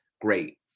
great